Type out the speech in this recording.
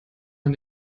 man